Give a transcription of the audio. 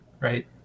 right